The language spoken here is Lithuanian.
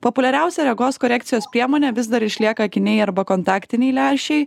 populiariausia regos korekcijos priemonė vis dar išlieka akiniai arba kontaktiniai lęšiai